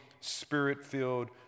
spirit-filled